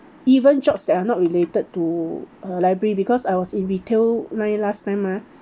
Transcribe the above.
even jobs that are not related to uh library because I was in retail line last time mah